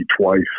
twice